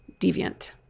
deviant